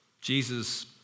Jesus